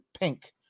pink